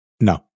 No